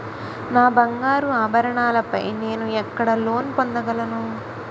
నా బంగారు ఆభరణాలపై నేను ఎక్కడ లోన్ పొందగలను?